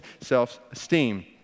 self-esteem